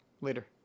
Later